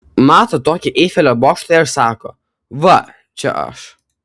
mato tokį eifelio bokštą ir sako va čia aš